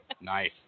Nice